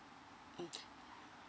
mm